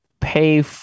pay